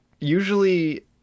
usually